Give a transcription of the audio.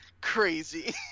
crazy